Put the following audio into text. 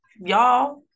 y'all